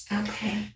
Okay